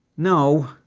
no.